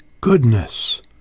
goodness